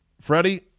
freddie